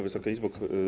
Wysoka Izbo!